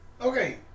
Okay